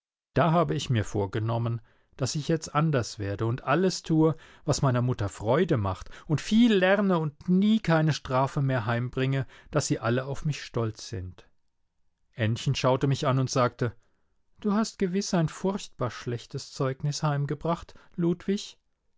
da habe ich mir vorgenommen daß ich jetzt anders werde und alles tue was meiner mutter freude macht und viel lerne und nie keine strafe mehr heimbringe daß sie alle auf mich stolz sind ännchen schaute mich an und sagte du hast gewiß ein furchtbar schlechtes zeugnis heimgebracht ludwig